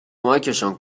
کمکشان